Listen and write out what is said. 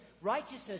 righteousness